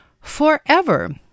forever